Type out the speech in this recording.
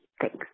Thanks